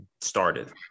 started